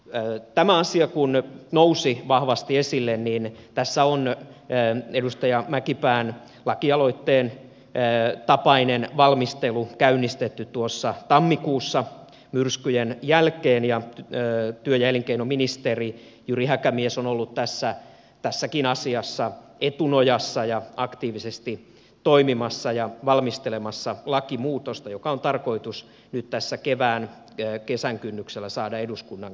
kun tämä asia nousi vahvasti esille niin edustaja mäkipään lakialoitteen tapainen valmistelu on käynnistetty tammikuussa myrskyjen jälkeen ja työ ja elinkeinoministeri jyri häkämies on ollut tässäkin asiassa etunojassa ja aktiivisesti toimimassa ja valmistelemassa lakimuutosta joka on tarkoitus nyt kevään kesän kynnyksellä saada eduskunnan käsittelyyn